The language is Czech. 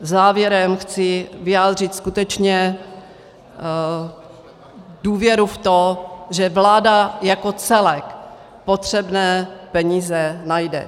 Závěrem chci vyjádřit skutečně důvěru v to, že vláda jako celek potřebné peníze najde.